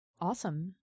awesome